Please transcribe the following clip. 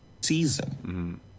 season